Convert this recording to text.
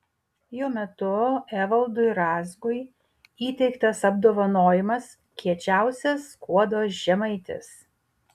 jo metu evaldui razgui įteiktas apdovanojimas kiečiausias skuodo žemaitis